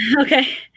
Okay